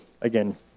again